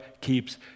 keeps